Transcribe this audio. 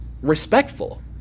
respectful